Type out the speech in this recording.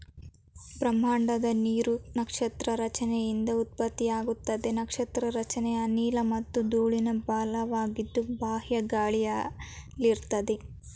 ಬ್ರಹ್ಮಾಂಡದ ನೀರು ನಕ್ಷತ್ರ ರಚನೆಯಿಂದ ಉತ್ಪತ್ತಿಯಾಗ್ತದೆ ನಕ್ಷತ್ರ ರಚನೆ ಅನಿಲ ಮತ್ತು ಧೂಳಿನ ಬಲವಾದ ಬಾಹ್ಯ ಗಾಳಿಯಲ್ಲಿರ್ತದೆ